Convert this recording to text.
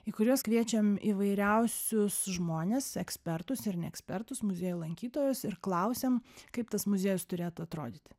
į kuriuos kviečiam įvairiausius žmones ekspertus ir ne ekspertus muziejų lankytojus ir klausėm kaip tas muziejus turėtų atrodyti